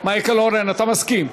חבר הכנסת, מייקל אורן, אתה מסכים?